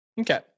Okay